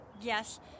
Yes